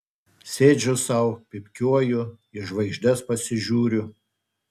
sėdžiu sau pypkiuoju į žvaigždes pasižiūriu